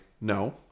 no